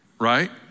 right